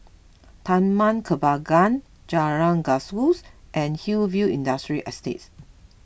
Taman Kembangan Jalan Gajus and Hillview Industrial Estate